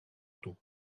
του